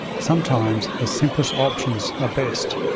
sometimes the simplest options are best.